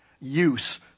use